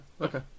Okay